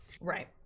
Right